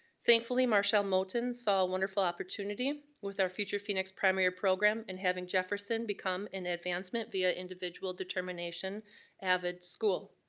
thankfully, marchelle moten saw a wonderful opportunity with our future phoenix primary program, in having jefferson become an advancement via individual determination avid school.